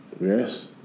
Yes